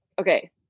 Okay